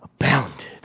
abounded